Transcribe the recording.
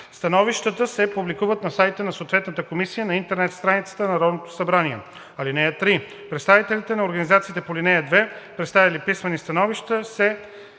Становищата се публикуват на сайта на съответната комисия на интернет страницата на Народното събрание. (3) Представителите на организации по ал. 2, представили писмени становища, се